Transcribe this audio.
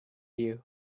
you